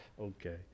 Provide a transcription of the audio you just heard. Okay